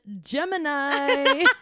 Gemini